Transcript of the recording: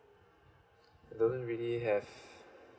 don't really have